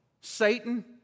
Satan